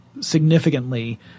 significantly